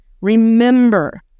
Remember